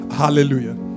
Hallelujah